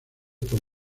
por